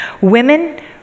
Women